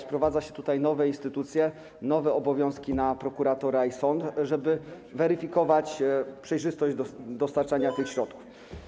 Wprowadza się tutaj nowe instytucje, nakłada nowe obowiązki na prokuratora i sąd, żeby weryfikować przejrzystość dostarczania tych środków.